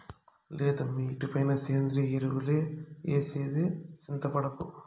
లేదమ్మీ ఇటుపైన సేంద్రియ ఎరువులే ఏసేది చింతపడకు